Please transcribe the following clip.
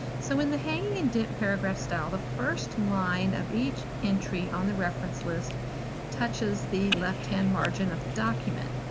so in the hanging indent paragraph style the first line of each entry on the reference list touches the left-hand margin of the document.